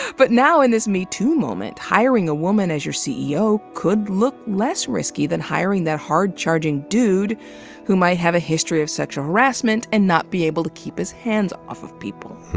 but now, in this metoo moment, hiring a woman as your ceo could look less risky than hiring that hard-charging dude who might have a history of sexual harassment. and not be able to keep his hands off of people.